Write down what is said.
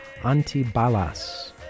Antibalas